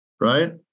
right